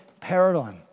paradigm